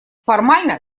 формально